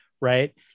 right